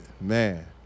Man